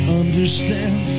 understand